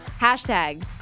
hashtag